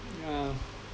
yeah